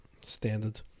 Standard